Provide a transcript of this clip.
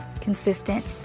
consistent